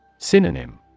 Synonym